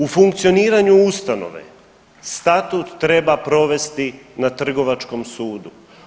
U funkcioniranju ustanove, statut treba provesti na Trgovačkom sudu.